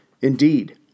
indeed